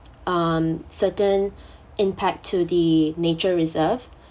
um certain impact to the nature reserve